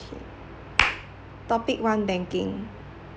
topic one banking